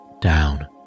down